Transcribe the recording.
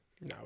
No